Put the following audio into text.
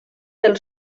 del